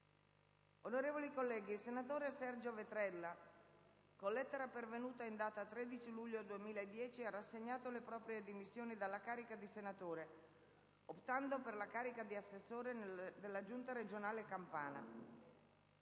Onorevoli colleghi, il senatore Sergio Vetrella, con lettera pervenuta in data 13 luglio 2010, ha rassegnato le proprie dimissioni dalla carica di senatore, optando per la carica di assessore della Giunta regionale campana.